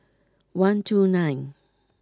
one two nine